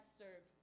serve